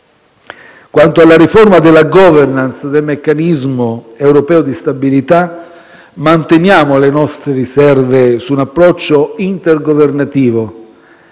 Quanto alla riforma della *governance* del meccanismo europeo di stabilità, manteniamo le nostre riserve su un approccio intergovernativo